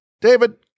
David